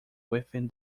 within